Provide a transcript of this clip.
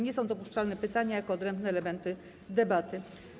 Nie są dopuszczalne pytania jako odrębne elementy debaty.